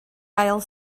ail